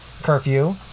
curfew